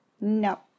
No